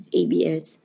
abs